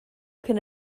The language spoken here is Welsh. cyn